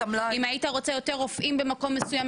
אם היית רוצה יותר רופאים במקום מסוים,